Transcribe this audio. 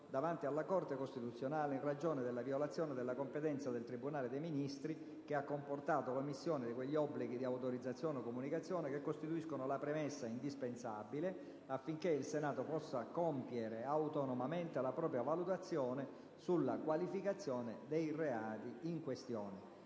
davanti alla Corte costituzionale in ragione della violazione della competenza del Tribunale dei ministri che ha comportato l'omissione di quegli obblighi di autorizzazione o comunicazione che costituiscono la premessa indispensabile affinché il Senato possa compiere autonomamente la propria valutazione sulla qualificazione dei reati in questione.